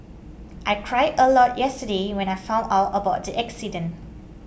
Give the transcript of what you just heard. I cried a lot yesterday when I found out about the accident